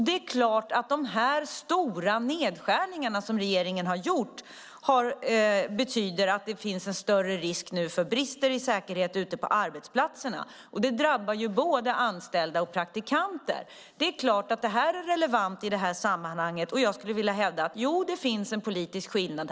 Det är klart att de stora nedskärningar som regeringen har gjort betyder att det nu finns större risk för brister i säkerhet ute på arbetsplatserna. Det drabbar både anställda och praktikanter. Det är relevant i det här sammanhanget. Jag vill hävda att det finns en politisk skillnad.